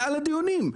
על הדיונים.